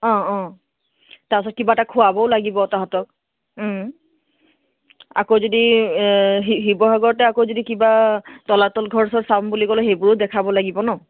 অঁ অঁ তাৰপাছত কিবা এটা খুৱাবও লাগিব তাহাঁতক আকৌ যদি শিৱসাগৰতে আকৌ যদি কিবা তলাতল ঘৰ চৰ চাম বুলি ক'লে সেইবোৰো দেখাব লাগিব ন